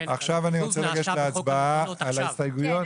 עכשיו אני רוצה לגשת להצבעה על ההסתייגויות.